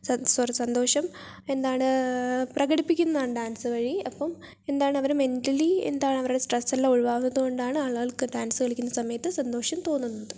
sorry സന്തോഷം എന്താണ് പ്രകടിപ്പിക്കുന്നതാണ് ഡാൻസ് വഴി അപ്പം എന്താണവർ മെൻ്റലി എന്താണവരുടെ സ്ട്രെസ്സ് എല്ലാം ഒഴിവാകുന്നതുകൊണ്ടാണ് ആളുകൾക്ക് ഡാൻസ് കളിക്കുന്ന സമയത്ത് സന്തോഷം തോന്നുന്നത്